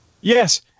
Yes